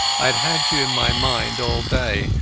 i had had you in my mind all day,